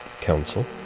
Council